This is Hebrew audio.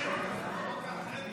ההצעה להעביר את הצעת חוק מיסוי מקרקעין